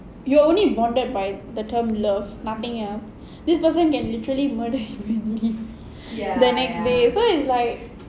you're only bonded by the term love nothing else this person can literally murder you the next day so it's like